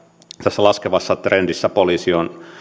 tässä laskevassa trendissä poliisi on